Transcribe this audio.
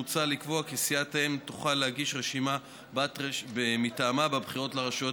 מוצע לקבוע כי סיעת האם תוכל להגיש רשימת-בת מטעמה בבחירות לרשויות